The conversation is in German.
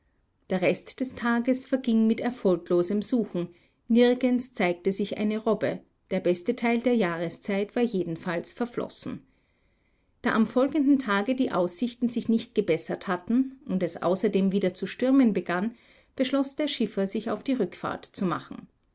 der rest des tages verging mit erfolglosem suchen nirgends zeigte sich eine robbe der beste teil der jahreszeit war jedenfalls verflossen da am folgenden tage die aussichten sich nicht gebessert hatten und es außerdem wieder zu stürmen begann beschloß der schiffer sich auf die rückfahrt zu machen